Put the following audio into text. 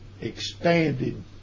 expanded